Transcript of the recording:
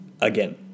again